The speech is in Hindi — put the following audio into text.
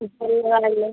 ऊपर वाला ही है